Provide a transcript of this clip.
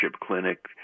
clinic